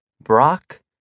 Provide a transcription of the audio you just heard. Brock